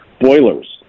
boilers